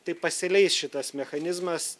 tai pasileis šitas mechanizmas